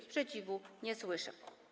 Sprzeciwu nie słyszę.